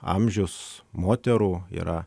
amžiaus moterų yra